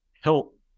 help